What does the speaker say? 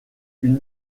une